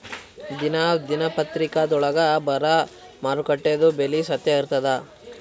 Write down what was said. ದಿನಾ ದಿನಪತ್ರಿಕಾದೊಳಾಗ ಬರಾ ಮಾರುಕಟ್ಟೆದು ಬೆಲೆ ಸತ್ಯ ಇರ್ತಾದಾ?